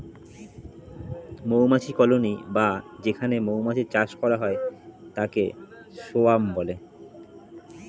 মৌমাছির কলোনি বা যেখানে মৌমাছির চাষ করা হয় তাকে সোয়ার্ম বলে